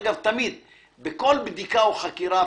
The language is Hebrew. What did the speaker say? בכל בדיקה או חקירה,